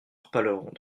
reparlerons